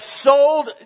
sold